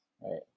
Right